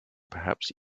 perhaps